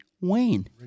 Wayne